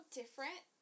different